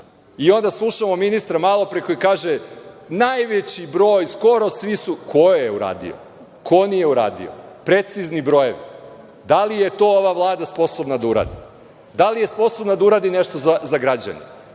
Onda slušamo ministra malopre koji kaže – najveći broj, skoro svi su. Ko je uradio? Ko nije uradio? Trebaju nam precizni brojevi. Da li je to ova Vlada sposobna da uradi? Da li je sposobna da uradi nešto za građane? Analogno